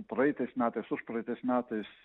praeitais metais užpraeitais metais